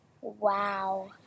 Wow